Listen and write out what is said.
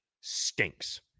stinks